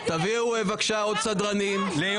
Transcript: תביאו בבקשה עוד סדרנים.